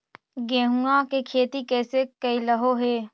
गेहूआ के खेती कैसे कैलहो हे?